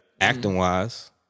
acting-wise